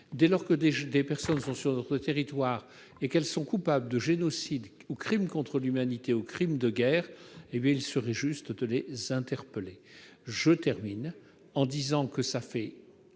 dès lors que des personnes sont sur notre territoire et qu'elles sont coupables de génocide, de crime contre l'humanité ou de crime de guerre, il serait juste de les interpeller. En conclusion, je veux